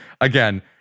again